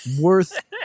worth